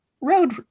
road